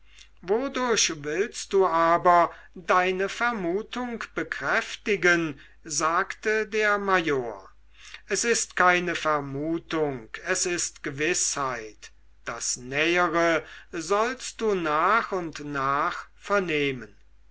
willst du aber deine vermutung bekräftigen sagte der major es ist keine vermutung es ist gewißheit das nähere sollst du nach und nach vernehmen